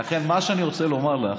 לכן, מה שאני רוצה לומר לך,